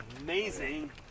Amazing